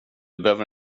behöver